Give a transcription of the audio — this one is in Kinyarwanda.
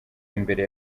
imbere